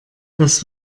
das